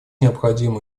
необходимо